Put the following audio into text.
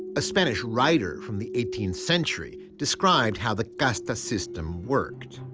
a spanish writer from the eighteenth century described how the casta system worked